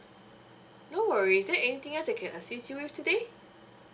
no worries is there anything else I can assist you with today